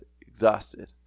exhausted